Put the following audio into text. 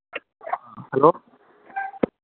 hello